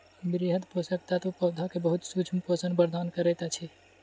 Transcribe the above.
वृहद पोषक तत्व पौधा के बहुत सूक्ष्म पोषण प्रदान करैत अछि